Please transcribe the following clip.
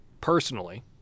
personally